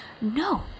No